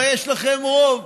הרי יש לכם רוב.